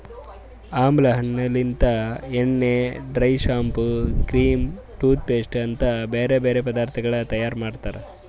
ಆಮ್ಲಾ ಹಣ್ಣ ಲಿಂತ್ ಎಣ್ಣೆ, dye, shampoo, cream, toothpaste ಅಂತ್ ಬ್ಯಾರೆ ಬ್ಯಾರೆ ಪದಾರ್ಥಗೊಳ್ ತೈಯಾರ್ ಮಾಡ್ತಾರ್